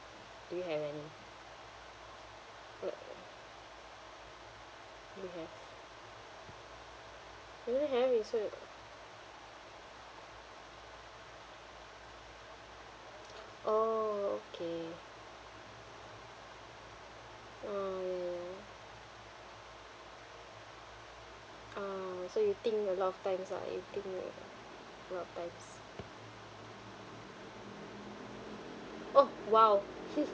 do you have any what you have do you have is what oh okay um uh so you think a lot of times lah you think a lot of times oh !wow!